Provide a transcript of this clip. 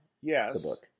Yes